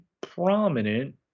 prominent